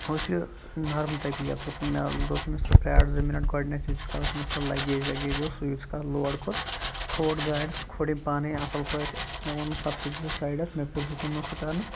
اوس یہِ نرم طبیعتُک مےٚ حظ دوٚپ أمِس ژٕ پرٛار زٕ مِنَٹ گۄڈنٮ۪تھ ییٖتِس کالَس مےٚ سُہ لَگیج وَگیج اوس سُہ ییٖتِس کالَس لوڈ کوٚر کھول گاڑِ سُہ کھول أمۍ پانَے اَصٕل پٲٹھۍ مےٚ ووٚنُن سر تُہۍ بِہِو سایڈَس مےٚ پٮ۪ٹھ دِتُن نہٕ سُہ کَرنہٕ